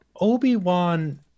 Obi-Wan